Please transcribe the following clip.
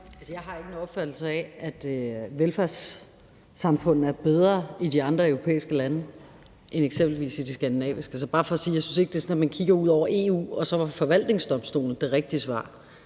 Jeg har ikke en opfattelse af, at velfærdssamfundene er bedre i de andre europæiske lande end eksempelvis i de skandinaviske. Altså, det er bare for at sige, at jeg ikke synes, det er sådan, at når man kigger ud over EU, så er forvaltningsdomstolen det rigtige svar.